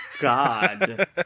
God